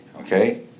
okay